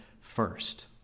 first